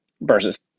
versus